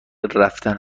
رفتن